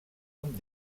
amb